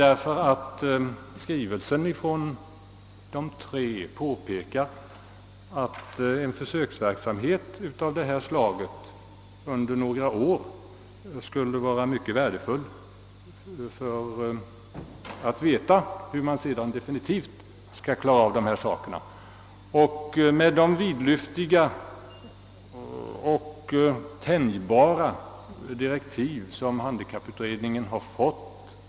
I skrivelsen från de tre instanserna påpekas att en försöksverksamhet av detta slag under några år skulle vara mycket värdefull och kunna ge besked om hur frågorna sedan definitivt skall lösas. Handikapputredningen har ju fått vidlyftiga och tänjbara direktiv.